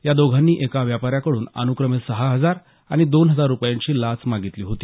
या दोघांनी एका व्यापाऱ्याकडून अनुक्रमे सहा हजार आणि दोन हजार रूपयांची लाच मागितली होती